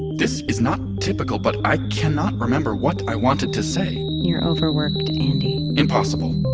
this is not typical, but i cannot remember what i wanted to say you're overworked, andi impossible